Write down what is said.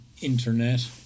internet